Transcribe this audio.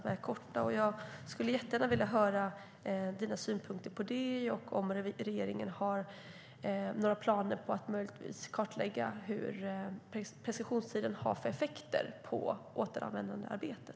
Jag skulle jättegärna vilja höra dina synpunkter på det och om regeringen har några planer på att kartlägga vad preskriptionstiden har för effekter på återvändandearbetet.